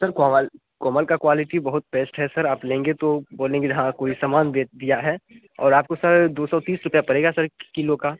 sir Kamal Kamal का quality बहुत best है सर आप लेंगे तो बोलेंगे जे हाँ कोई सामान बे दिया है और आपको सर दो सौ तीस रुपया पड़ेगा सर किलो का